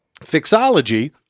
Fixology